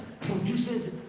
produces